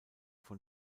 von